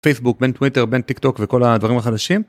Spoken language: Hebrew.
פייסבוק בין טוויטר בין טיק טוק וכל הדברים החדשים.